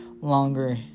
longer